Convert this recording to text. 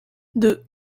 deux